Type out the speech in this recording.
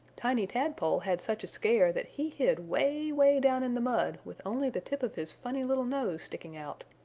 tiny tadpole had such a scare that he hid way, way down in the mud with only the tip of his funny little nose sticking out.